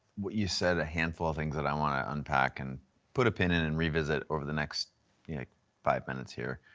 you said a handful of things and i wanna unpack and put a pin in and revisit over the next five minutes here.